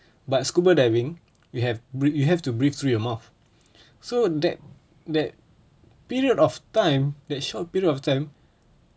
but scuba diving you have bre~ you have to breathe through your mouth so that that period of time that short period of time